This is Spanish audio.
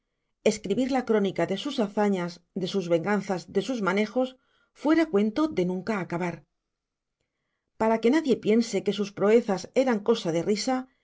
escribir la crónica de sus hazañas de sus venganzas de sus manejos fuera cuento de nunca acabar para que nadie piense que sus proezas eran cosa de risa